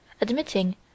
admitting